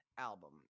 album